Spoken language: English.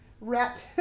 wrapped